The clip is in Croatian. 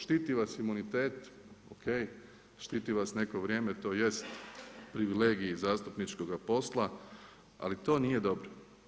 Štiti vas imunitet, o.k., štiti vas neko vrijeme tj. privilegij zastupničkoga posla ali to nije dobro.